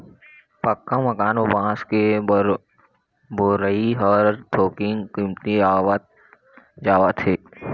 पक्का मकान म बांस के बउरई ह थोकिन कमतीयावत जावत हे